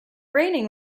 raining